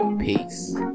Peace